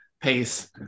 pace